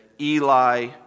Eli